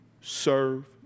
serve